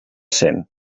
cent